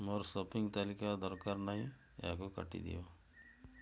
ମୋର ସପିଂ ତାଲିକା ଦରକାର ନାହିଁ ଏହାକୁ କାଟି ଦିଅ